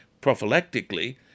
prophylactically